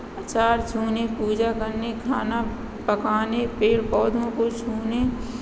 अचार छूने पूजा करने खाना पकाने पेड़ पौधों को छूने